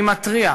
אני מתריע.